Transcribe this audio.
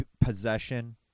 Possession